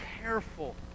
careful